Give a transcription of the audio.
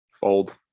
fold